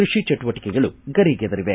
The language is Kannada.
ಕೃಷಿ ಚಟುವಟಿಕೆಗಳು ಗರಿಗೆದರಿವೆ